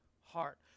heart